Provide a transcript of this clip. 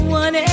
one